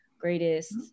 greatest